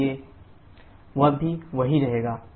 इसलिए qBh1 h4 वह भी वही रहेगा